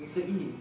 dia kata !ee!